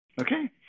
Okay